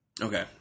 Okay